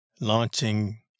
launching